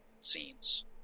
scenes